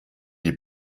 die